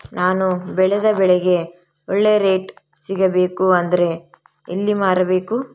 ನಾನು ಬೆಳೆದ ಬೆಳೆಗೆ ಒಳ್ಳೆ ರೇಟ್ ಸಿಗಬೇಕು ಅಂದ್ರೆ ಎಲ್ಲಿ ಮಾರಬೇಕು?